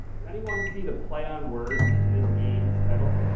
does anyone see the play on words in this game's title?